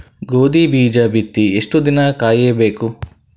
ಗೋಧಿ ಬೀಜ ಬಿತ್ತಿ ಎಷ್ಟು ದಿನ ಕಾಯಿಬೇಕು?